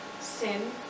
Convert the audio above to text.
sin